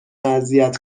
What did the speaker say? اذیت